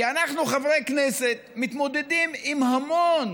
כי אנחנו, חברי הכנסת, מתמודדים עם המון